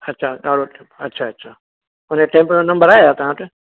अछा ॻाढ़ो टेम्प अछा अछा हुन टेम्पो जो नंबर आहे छा तव्हां वटि